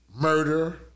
murder